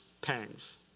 pangs